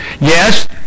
Yes